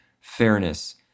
fairness